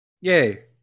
Yay